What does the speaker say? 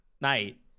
night